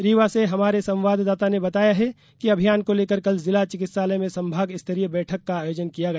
रीवा से हमारे संवाददाता ने बताया है कि अभियान को लेकर कल जिला चिकित्सालय में संभाग स्तरीय बैठक का आयोजन किया गया